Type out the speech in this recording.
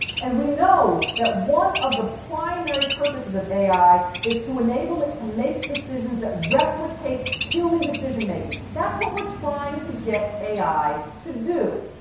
and we know that one of the primary purposes of ai is to enable it to make decisions that replicate human decision making. that's what we're trying to get ai to do.